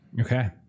Okay